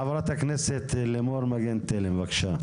חברת הכנסת, לימור מגן תלם, בבקשה.